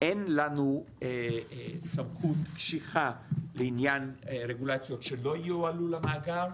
אין לנו סמכות קשיחה לעניין רגולציות שלא יועלו למאגר,